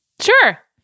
Sure